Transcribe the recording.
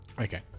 Okay